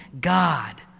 God